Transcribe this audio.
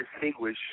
distinguish